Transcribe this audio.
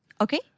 Okay